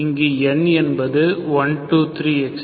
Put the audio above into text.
இங்கு n என்பது 123